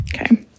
Okay